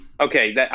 Okay